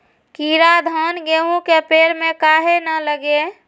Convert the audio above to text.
कीरा धान, गेहूं के पेड़ में काहे न लगे?